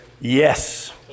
Yes